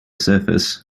surface